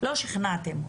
לא שכנעתם אותנו.